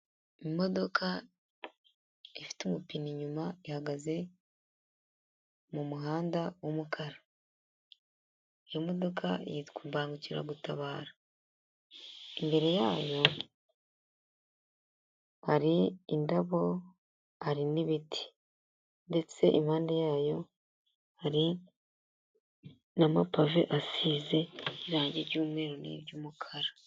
Imodoka ifite umupine inyuma ihagaze mu muhanda w'umukara, iyo modoka yitwa imbangukiragutabara, imbere yayo hari indabo hari n'ibiti ndetse impande yayo hari n'amapave asize irangi ry'umweru niry'umukara.